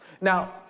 Now